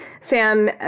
Sam